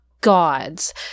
gods